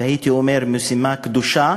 והייתי אומר משימה קדושה,